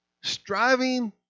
striving